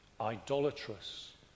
idolatrous